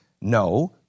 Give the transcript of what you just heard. no